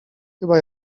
chyba